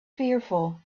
fearful